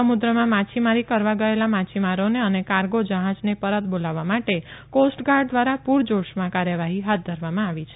સમુક્રમાં માછીમારી કરવા ગયેલા માછીમારોને અને કાર્ગે જહાજને પરત બોલાવવા માટે કોસ્ટગાર્ડ ધ્વારા પુરજોશમાં કાર્યવાહી હાથ ધરવામાં આવી છે